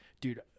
dude –